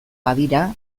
badira